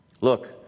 Look